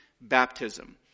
baptism